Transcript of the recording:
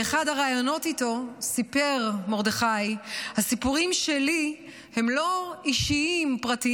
באחד הראיונות איתו סיפר מרדכי: הסיפורים שלי הם לא אישיים-פרטיים,